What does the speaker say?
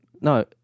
no